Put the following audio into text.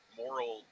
moral